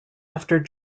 after